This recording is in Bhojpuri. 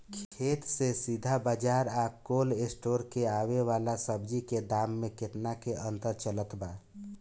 खेत से सीधा बाज़ार आ कोल्ड स्टोर से आवे वाला सब्जी के दाम में केतना के अंतर चलत बा?